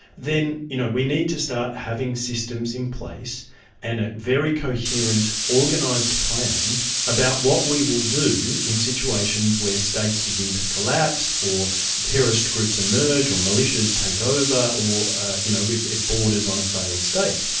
then you know we need to start having systems in place and a very coherent, organised plan about what we will do in situations where states begin to collapse or terrorist groups emerge or militias take over, or you know it borders on a failed state.